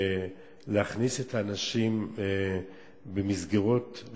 להכניס את האנשים במסגרות,